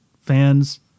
fans